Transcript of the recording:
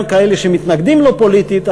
גם כאלה שמתנגדים לו פוליטית,